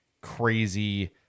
crazy